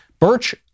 Birch